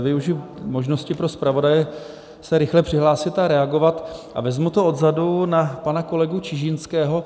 Využiji možnosti pro zpravodaje se rychle přihlásit a reagovat a vezmu to odzadu, na pana kolegu Čižinského.